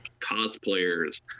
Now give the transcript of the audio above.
cosplayers